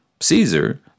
Caesar